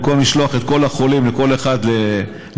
במקום לשלוח את כל החולים כל אחד לגזרתו,